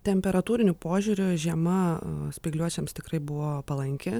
temperatūriniu požiūriu žiema spygliuočiams tikrai buvo palanki